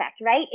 right